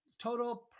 total